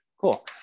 Cool